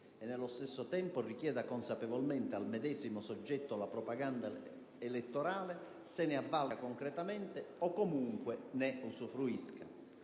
e, nello stesso tempo, richieda consapevolmente al medesimo soggetto la propaganda elettorale, se ne avvalga concretamente o comunque ne usufruisca.